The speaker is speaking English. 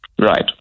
Right